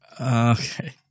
Okay